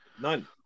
none